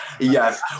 Yes